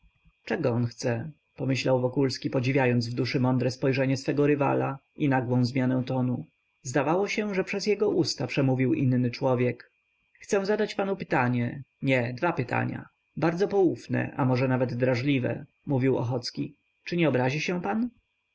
czego on chce pomyślał wokulski podziwiając w duszy mądre spojrzenie swego rywala i nagłą zmianę tonu zdawało się że przez jego usta przemówił inny człowiek chcę zadać panu pytanie nie dwa pytania bardzo poufne a może nawet drażliwe mówił ochocki czy nie obrazi się pan